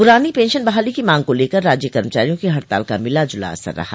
पुरानी पेंशन बहाली की मांग को लेकर राज्य कर्मचारियों को हड़ताल का मिला जुला असर रहा